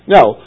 Now